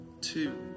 Two